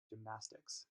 gymnastics